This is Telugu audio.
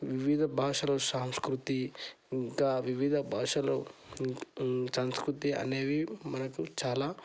వివిధ భాషలో సంస్కృతి ఇంకా వివిధ భాషలో సంస్కృతి అనేవి మనకు చాలా